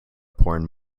porn